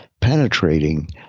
penetrating